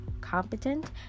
competent